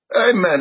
Amen